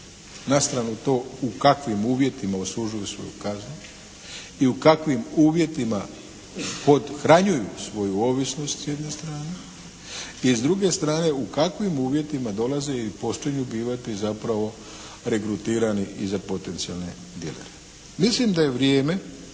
na stranu to u kakvim uvjetima odslužuju svoju kaznu i u kakvim uvjetima pothranjuju svoju ovisnost s jedne strane i s druge strane u kakvim uvjetima dolaze i počinju bivati zapravo regrutirani i za potencijalne dilere. Mislim da je vrijeme